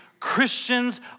Christians